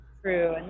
true